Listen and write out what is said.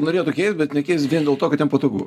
norėtų keist bet nekeis vien dėl to kad jam patogu